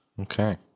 Okay